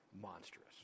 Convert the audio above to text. Monstrous